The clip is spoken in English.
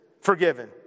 forgiven